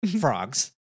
frogs